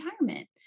retirement